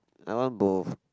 I want both